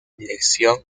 dirección